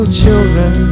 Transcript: children